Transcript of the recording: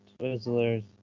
Twizzler's